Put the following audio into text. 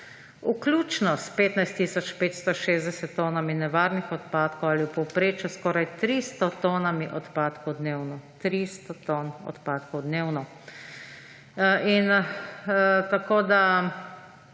vključno s 15 tisoč 560 tonami nevarnih odpadkov ali v povprečju skoraj 300 tonami odpadkov dnevno.